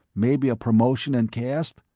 maybe a promotion in caste.